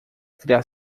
criar